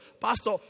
Pastor